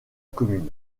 commune